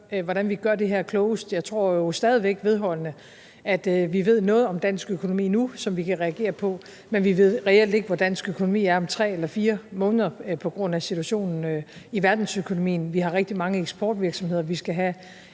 hvordan vi gør det her klogest. Jeg tror jo stadig væk vedholdende, at vi ved noget om dansk økonomi nu, som vi kan reagere på, men vi ved reelt ikke, hvor dansk økonomi er om 3 eller 4 måneder på grund af situationen i verdensøkonomien. Vi har rigtig mange eksportvirksomheder, vi skal have